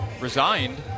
resigned